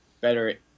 better